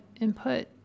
input